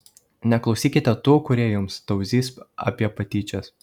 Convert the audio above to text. neklausykite tų kurie jums tauzys apie patyčias